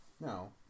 No